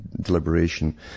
deliberation